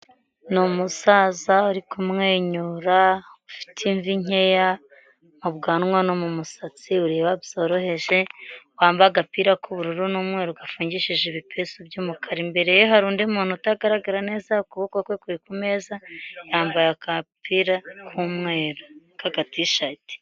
Ni umusaza uri kumwenyura ufite imvi nkeya mubwanwa no mu musatsi ureba byoroheje wamba agapira k'ubururu n'umweru gafungishije ibipesu by'umukara imbere ye hari undi muntu utagaragara neza ukuboko kwe kure kumeza yambaye akapira k'umweru kaga t shirt.